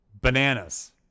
Bananas